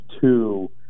two